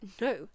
No